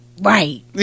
Right